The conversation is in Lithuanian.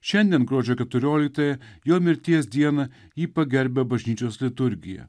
šiandien gruodžio keturioliktąją jo mirties dieną jį pagerbia bažnyčios liturgija